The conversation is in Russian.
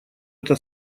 это